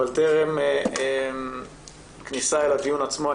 טרם כניסה לדיון עצמו,